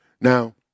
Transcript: Now